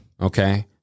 Okay